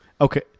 Okay